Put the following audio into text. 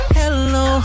hello